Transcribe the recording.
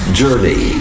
journey